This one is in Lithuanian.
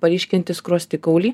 paryškinti skruostikaulį